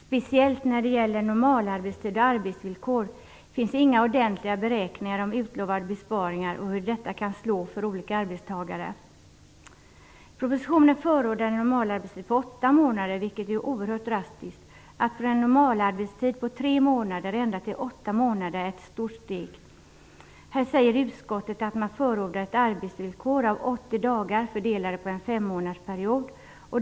Speciellt när det gäller normalarbetstid och arbetsvillkor finns inga ordentliga beräkningar om utlovade besparingar och hur de kan slå för olika arbetstagare. I propositionen förordas en normalarbetstid på åtta månader, vilket är oerhört drastiskt. Att ändra normalarbetstiden från tre till åtta månader är ett stort steg. Utskottet säger att man förordar ett arbetsvillkor på 80 dagar fördelade på en femmånadersperiod.